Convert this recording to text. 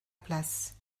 place